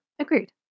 Agreed